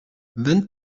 vingt